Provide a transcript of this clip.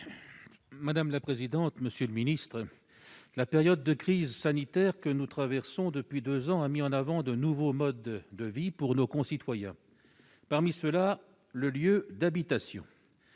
Madame la présidente, monsieur le ministre, la période de crise sanitaire que nous traversons depuis 2 ans, a mis en avant de nouveaux modes de vie pour nos concitoyens, parmi ceux-là, le lieu d'habitation.